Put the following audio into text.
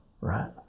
right